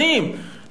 שנים,